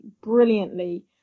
brilliantly